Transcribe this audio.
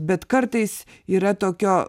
bet kartais yra tokio